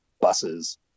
buses